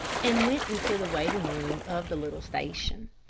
and went into the waiting room of the little station.